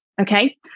Okay